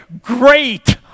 great